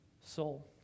soul